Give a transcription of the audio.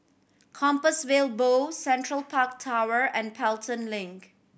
Compassvale Bow Central Park Tower and Pelton Link